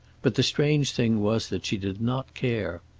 but the strange thing was that she did not care.